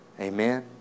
Amen